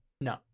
No